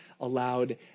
allowed